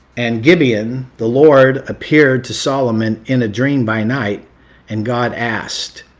and gibeon the lord appeared to solomon in a dream by night and god asked,